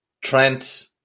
Trent